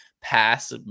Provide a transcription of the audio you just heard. pass